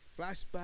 flashback